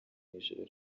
ijoro